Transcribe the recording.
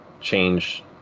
change